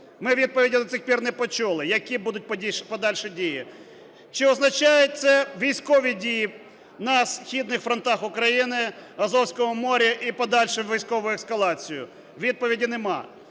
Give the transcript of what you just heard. Ми відповіді до цих пір не почули, які будуть подальші дії. Чи означає це військові дії на східних фронтах України, в Азовському морі і подальшу військову ескалацію? Відповіді нема.